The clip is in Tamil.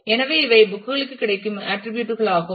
எனவே இவை புக் களுக்கு கிடைக்கும் ஆட்டிரிபியூட் களாகும்